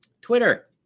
Twitter